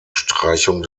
streichung